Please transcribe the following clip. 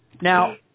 Now